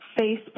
Facebook